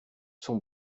son